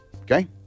Okay